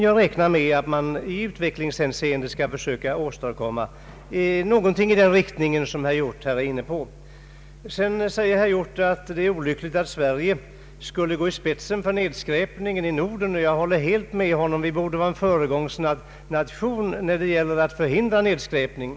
Jag räknar med att de som sysslar med utvecklingsarbetet på området skall kunna åstadkomma någonting av det slag som herr Hjorth talade om. Herr Hjorth sade att det vore olyckligt om Sverige skulle gå i spetsen för nedskräpningen i Norden. Jag håller helt med honom. Vårt land borde vara en föregångsnation när det gäller att förhindra nedskräpning.